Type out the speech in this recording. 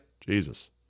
Jesus